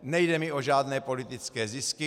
Nejde mi o žádné politické zisky.